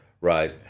right